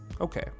Okay